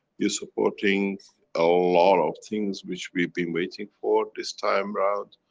your supporting a lot of things, which we've be waiting for, this time around.